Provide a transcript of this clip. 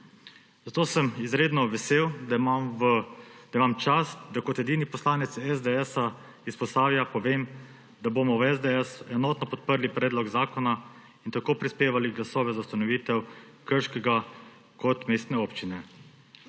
Zato sem izredno vesel, da imam čast, da kot edini poslanec SDS iz Posavja povem, da bomo v SDS enotno podprli predlog zakona in tako prispevali glasove za ustanovitev Krškega kot mestne občine.